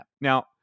Now